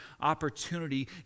opportunity